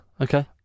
Okay